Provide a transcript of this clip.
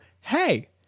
hey